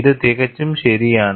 ഇത് തികച്ചും ശരിയാണ്